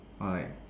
or like